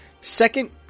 second